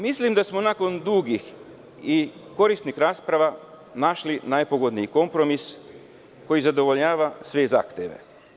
Mislim da smo nakon dugih i korisnih rasprava našli najpogodniji kompromis koji zadovoljava sve zahteve.